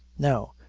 now,